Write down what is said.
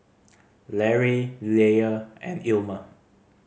Larae Leah and Ilma